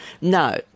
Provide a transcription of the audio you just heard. No